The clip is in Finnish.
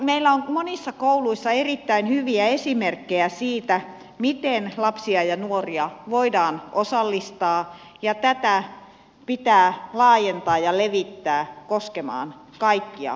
meillä on monissa kouluissa erittäin hyviä esimerkkejä siitä miten lapsia ja nuoria voidaan osallistaa ja tätä pitää laajentaa ja levittää koskemaan kaikkia paikkoja